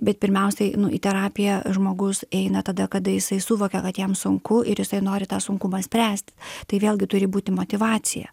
bet pirmiausiai nu į terapiją žmogus eina tada kada jisai suvokia kad jam sunku ir jisai nori tą sunkumą spręst tai vėlgi turi būti motyvacija